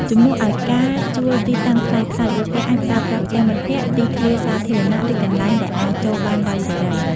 ជំនួសឲ្យការជួលទីតាំងថ្លៃៗ ពួកគេអាចប្រើប្រាស់ផ្ទះមិត្តភក្តិ ទីធ្លាសាធារណៈ ឬកន្លែងដែលអាចចូលបានដោយសេរី។